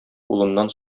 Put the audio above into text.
улыннан